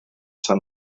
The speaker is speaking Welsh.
tan